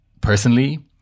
Personally